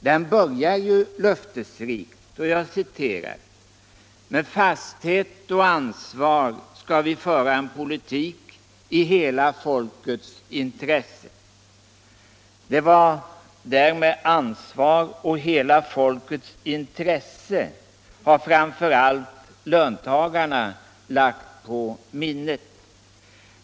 Den börjar ju löftesrikt: ”Med fasthet och ansvar skall vi föra en politik i hela folkets intresse.” Det där med ansvar och hela folkets intresse har framför allt löntagarna lagt på minnet.